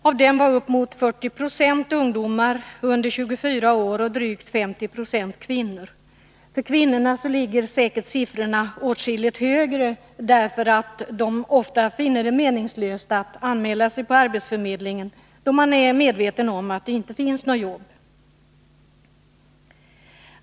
Av dem var uppemot 40 90 ungdomar under 24 år och drygt 50 26 kvinnor. För kvinnorna ligger säkert siffran åtskilligt högre, eftersom de ofta finner det meningslöst att anmäla sig till arbetsförmedlingen, då de är väl medvetna om att det inte finns några jobb.